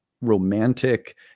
romantic